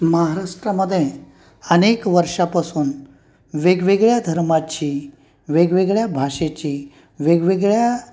महाराष्ट्रामध्ये अनेक वर्षापासून वेगवेगळ्या धर्माची वेगवेगळ्या भाषेची वेगवेगळ्या